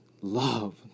love